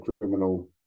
criminal